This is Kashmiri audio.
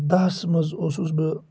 دَہَس منٛز اوسُس بہٕ